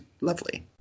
lovely